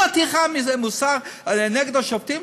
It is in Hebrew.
היא מטיפה מוסר נגד השופטים?